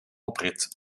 oprit